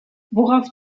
worauf